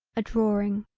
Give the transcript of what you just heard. a drawing.